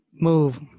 Move